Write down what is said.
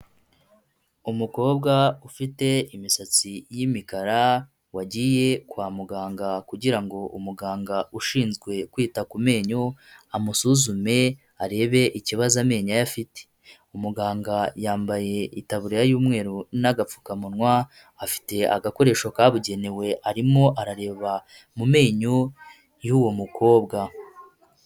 Umukobwa ufite imisatsi y'imikara wagiye kwa muganga kugira ngo umuganga ushinzwe kwita ku menyo amusuzume arebe ikibazo amenyo ye afite, umuganga yambaye itaburiya y'umweru n'agapfukamunwa, afite agakoresho kabugenewe arimo arareba mu menyo y'uwo mukobwa.